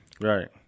Right